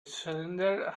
cylinder